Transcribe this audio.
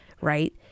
right